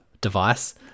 device